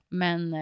men